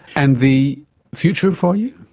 and the future for you?